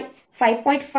5 6